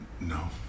No